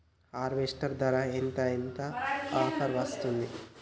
Harvester ధర ఎంత ఎంత ఆఫర్ వస్తుంది?